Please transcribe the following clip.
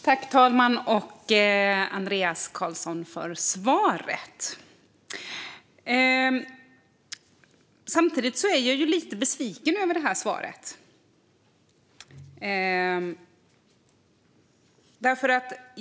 Fru talman! Jag tackar Andreas Carlson för svaret. Samtidigt är jag lite besviken över svaret.